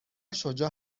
شجاع